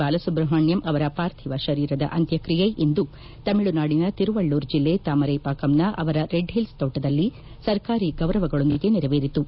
ಬಾಲಸುಬ್ರಹ್ನಣ್ಣಂ ಅವರ ಪಾರ್ಥಿವ ಶರೀರದ ಅಂತ್ಮಕ್ರಿಯೆ ಇಂದು ತಮಿಳುನಾಡಿನ ತಿರುವಳ್ಣೂರ್ ಜಿಲ್ಲೆ ತಾಮರ್ನೆ ಪಾಕಂನ ಅವರ ರೆಡ್ಹಿಲ್ಲ್ ತೋಟದಲ್ಲಿ ಸರ್ಕಾರಿ ಗೌರವಗಳೊಂದಿಗೆ ನೆರವೇರಿತು